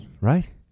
right